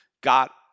got